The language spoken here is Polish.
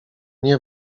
nie